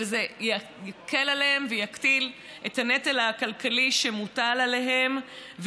זה יקל עליהם ויקטין את הנטל הכלכלי שמוטל עליהם,